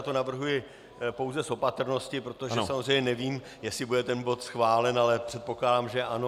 Já to navrhuji pouze z opatrnosti, protože samozřejmě nevím, jestli bude ten bod schválen, ale předpokládám, že ano.